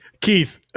keith